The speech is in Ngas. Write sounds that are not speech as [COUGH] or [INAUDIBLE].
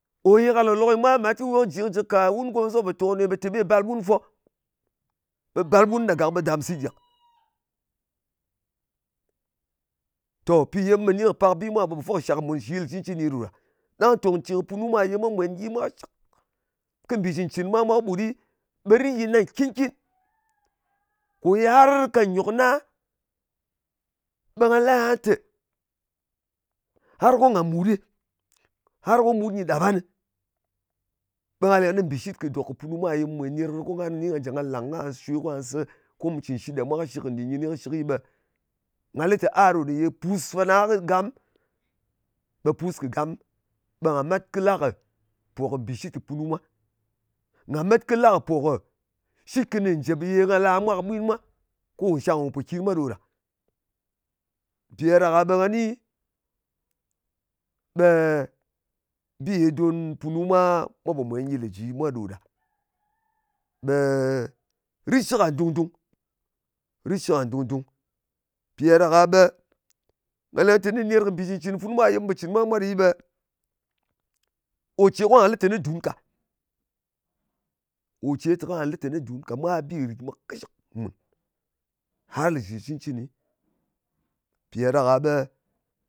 Ò ye ka lòk-lok nyɨ mwa, ɓe mat kɨ jɨ ki kà wun kɨ gomɨs mwa, pò tong ɗo nyi, ɓe tè me balp wun fwo. Ɓe bàlp wun ɗa [NOISE] gàk, ɓe dàm sìt gàk. Tò, pi ye mu pò ni kɨ pak bi mwa pò fwo kɨ shak mùn shɨ yɨl cɨni ɗo ɗa. Ɗang tòng cè kɨ punu mwa ye mwa mwèn gyi kɨshɨk, kɨ mbì cɨn-cɨn kɨ mwa mwā kɨɓut ɗɨ, ɓe rit nyit na nkin-kin. Ko ye har ka nyok na, ɓe nga lɨ aha tè, har ko ngà mùt ɗɨ, har ko mut nyɨ ɗap ngan ɗɨ, ɓe nga leng nɨ mbìshit kɨ dòk kɨ punu mwa, ye mu mwèn nèr kɨnɨ, ko ngan kɨni nga jɨ ngà làng, ko nga shwe, ko nga se, ko mu cɨn shit ɗa mwa kɨshɨk nɗin kɨni kɨshɨki, ɓe nga lɨ tè a ɗò ye pus fana kɨ gam, ɓe pus kɨ gàm, ɓe ngà met kɨ lɑ kɨ pò kɨ mbìshit kɨ punu mwajɨ. Nga met kɨ la kɨ pò kɨ shit kɨnɨ njèp ye nga la mwa ka bwin mwa, kɨ nshang kò mpòkin mwa ɗo ɗa. Mpì ɗa ɗak-a ɓe nga ni ɓe bi ye don punu mwa mwa pò mwen gyɨ lè ji mwa ɗo ɗa. Ɓe ritshɨk nga dung-dung. Ritshɨk ngan dung-dung. Mpì ɗa ɗak-a ɓe nga leng teni ka ner kɨ mbì cɨn-cɨn funu mwa, ye mun pò cɨ̀ kɨ mwa mwā ɗɨ ɓe ò ce ka nga lɨ teni dun ka. Kò ce teni nga lɨ teni dun ka. Mwa bì rìt mwa kɨshɨk har lè jɨ shɨ cɨncɨni. Mpì ɗa ɗak-a ɓe